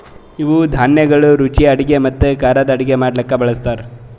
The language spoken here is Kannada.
ಇವು ಧಾನ್ಯಗೊಳ್ ರುಚಿಯ ಅಡುಗೆ ಮತ್ತ ಖಾರದ್ ಅಡುಗೆ ಮಾಡ್ಲುಕ್ ಬಳ್ಸತಾರ್